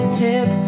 hip